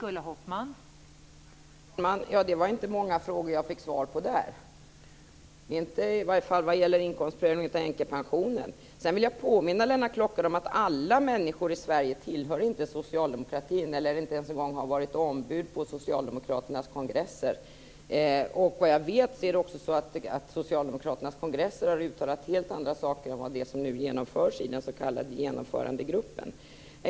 Fru talman! Det var inte många frågor jag fick svar på, i varje fall inte vad gäller inkomstprövningen av änkepensionen. Jag vill påminna Lennart Klockare om att alla människor i Sverige tillhör inte socialdemokratin och har inte ens varit ombud på Socialdemokraternas kongresser. Såvitt jag vet har Socialdemokraternas kongresser uttalat helt andra saker än det som nu genomförs i den s.k. Genomförandegruppen.